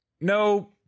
no